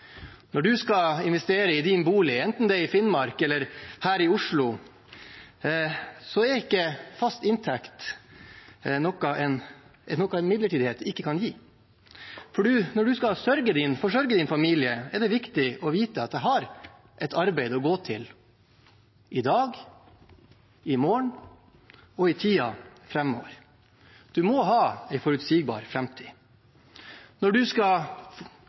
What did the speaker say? Når man skal investere i bolig, enten det er i Finnmark eller her i Oslo, er fast inntekt noe som midlertidighet ikke kan gi. For når man skal forsørge familien, er det viktig å vite at man har et arbeid å gå til – i dag, i morgen og i tiden framover. Man må ha en forutsigbar framtid. Når man skal